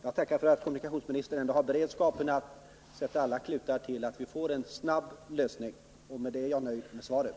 Jag tackar kommunikationsministern för beredvilligheten att sätta till alla klutar så att vi skall få en snabb lösning. Därmed är jag nöjd med svaret.